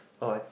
alright